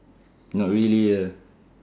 not really ah